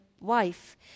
wife